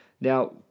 Now